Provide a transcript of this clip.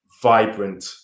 vibrant